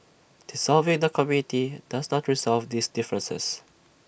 dissolving the committee does not resolve these differences